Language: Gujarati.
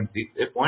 6 એ 0